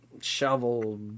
shovel